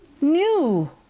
new